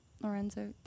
Lorenzo